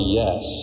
yes